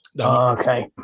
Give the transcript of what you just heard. Okay